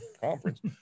conference